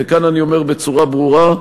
וכאן אני אומר בצורה ברורה,